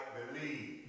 believe